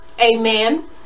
amen